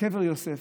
וקבר יוסף,